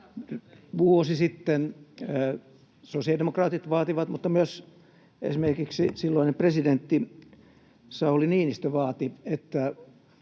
Vuosi sitten sosiaalidemokraatit vaativat — mutta myös esimerkiksi silloinen presidentti Sauli Niinistö vaati — että